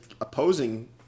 opposing